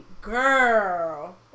Girl